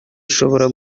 ishobora